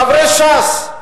חברי ש"ס,